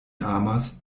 amas